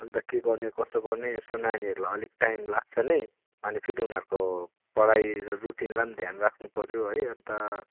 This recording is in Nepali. अन्त के गर्ने कसो गर्ने यसो नानीहरूलाई अलिक टाइम लाग्छ नै अनि फेरि उनीहरूको पढाइ रुटिनलाई पनि ध्यान राख्नुपर्यो है अन्त